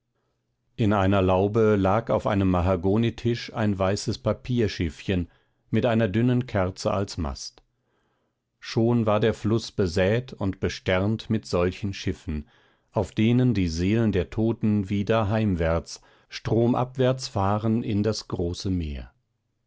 in einer laube lag auf einem mahagonitisch ein weißes papierschiffchen mit einer dünnen kerze als mast schon war der fluß besät und besternt mit solchen schiffen auf denen die seelen der toten wieder heimwärts stromabwärts fahren in das große meer